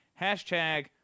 Hashtag